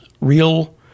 real